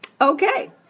Okay